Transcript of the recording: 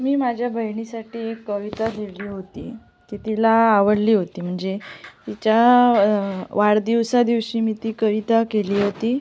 मी माझ्या बहिणीसाठी एक कविता लिहिली होती ती तिला आवडली होती म्हणजे तिच्या वाढदिवसा दिवशी मी ती कविता केली होती